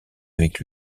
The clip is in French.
avec